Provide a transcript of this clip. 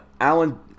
Alan